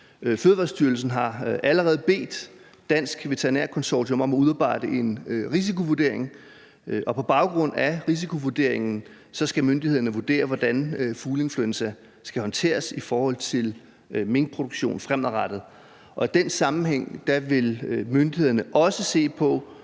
Fødevarestyrelsen har allerede bedt Dansk Veterinær Konsortium om at udarbejde en risikovurdering, og på baggrund af risikovurderingen skal myndighederne vurdere, hvordan fugleinfluenza skal håndteres i forhold til minkproduktion fremadrettet. I den sammenhæng vil myndighederne også se på,